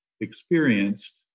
experienced